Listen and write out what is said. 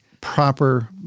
proper